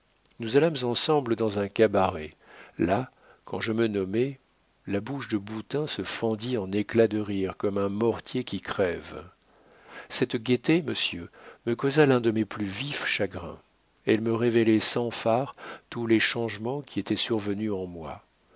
nous allâmes ensemble dans un cabaret là quand je me nommai la bouche de boutin se fendit en éclats de rire comme un mortier qui crève cette gaieté monsieur me causa l'un de mes plus vifs chagrins elle me révélait sans fard tous les changements qui étaient survenus en moi